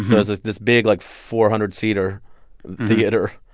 so it's this this big, like, four hundred seater theater,